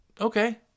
Okay